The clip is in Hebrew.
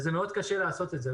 וזה מאוד קשה לעשות את זה.